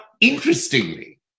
interestingly